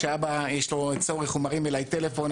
כשלאבא יש צורך הוא מרים אליי טלפון,